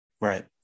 Right